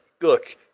look